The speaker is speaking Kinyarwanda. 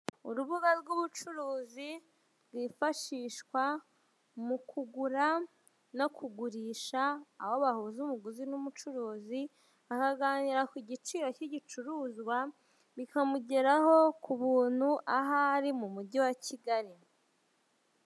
Urubuga rw'ubucuruzi rwifashishwa mukugura no kugurisha aho bahuza umuguzi n'umucuruzi bakaganira kugiciro kigicuruzwa bikamugeraho kubuntu ahari mumugi wa kigali.